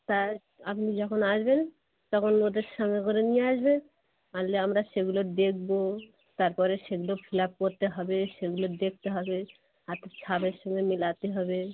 তা আপনি যখন আসবেন তখন ওদের সঙ্গে করে নিয়ে আসবেন আনলে আমরা সেগুলো দেখবো তারপরে সেগুলো ফিলআপ করতে হবে সেগুলো দেখতে হবে হাতের ছাপের সঙ্গে মেলাতে হবে